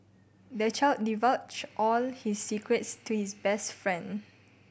the child divulged all his secrets to his best friend